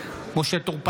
בהצבעה משה טור פז,